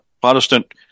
Protestant